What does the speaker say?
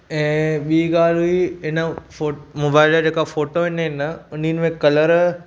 ऐं ॿी ॻाल्हि हुई इन फो मोबाइल जा जेका फोटो ईंदा आहिनि न उन्हनि में कलर